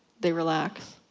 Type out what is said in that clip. they relax.